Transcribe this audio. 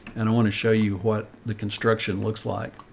and i want to show you what the construction looks like.